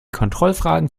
kontrollfragen